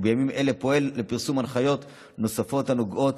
ובימים אלה הוא פועל לפרסום הנחיות נוספות הנוגעות